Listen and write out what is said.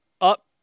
up